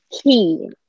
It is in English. key